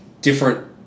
different